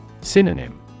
Synonym